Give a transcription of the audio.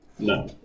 No